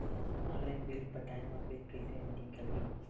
Online bill पटाय मा bill कइसे निकलही?